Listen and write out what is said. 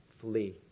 Flee